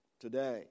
today